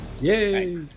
Yay